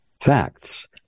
facts